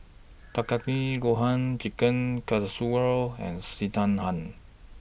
Takikomi Gohan Chicken Casserole and Sekihan